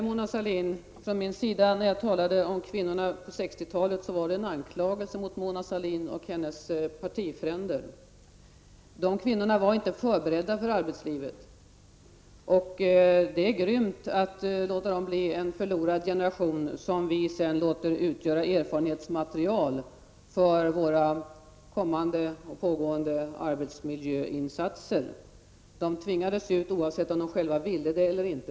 Herr talman! Mona Sahlin, när jag talade om kvinnorna på 60-talet var det en anklagelse från min sida mot Mona Sahlin och hennes partifränder. Dessa kvinnor var inte förberedda för arbetslivet. Det är grymt att låta dem bli en förlorad generation, som vi sedan låter utgöra erfarenhetsmaterial för våra kommande och pågående arbetsmiljöinsatser. De tvingades ut, oavsett om de själva ville det eller inte.